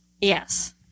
Yes